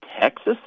Texas